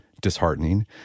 disheartening